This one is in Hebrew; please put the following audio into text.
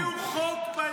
זה לא נכון.